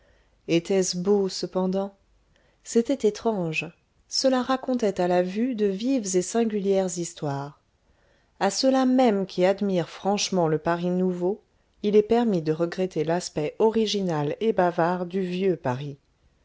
etait-ce beau cependant c'était étrange cela racontait à la vue de vives et singulières histoires a ceux-là mêmes qui admirent franchement le paris nouveau il est permis de regretter l'aspect original et bavard du vieux paris